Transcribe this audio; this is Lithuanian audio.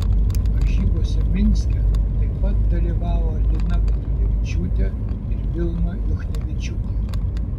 varžybose minske taip pat dalyvavo lina batulevičiūtė ir vilma juchnevičiūtė